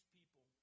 people